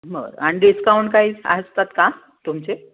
बरं आणि डिस्काउंट काही असतात का तुमचे